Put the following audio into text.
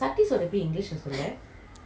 I have no idea oh